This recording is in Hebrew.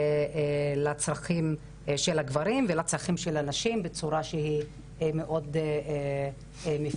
לצרכים של הגברים ולצרכים של הנשים בצורה שהיא מאוד מפורטת.